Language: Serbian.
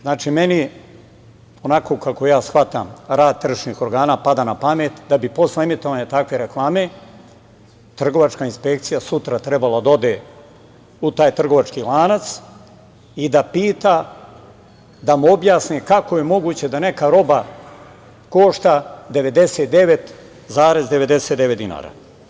Znači, meni onako, kako ja shvatam rad tržišnih organa pada na pamet, da bi posle emitovanja takve reklame trgovačka inspekcija sutra trebalo da ode u taj trgovački lanac i da pita da mu objasne kako je moguće da neka roba košta 99,99 dinara.